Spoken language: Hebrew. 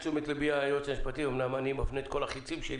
היועץ המשפטי מפנה את תשומת ליבי לכך שאמנם